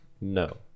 no